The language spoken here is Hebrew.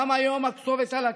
גם היום הכתובת על הקיר.